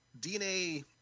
DNA